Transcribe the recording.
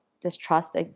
distrust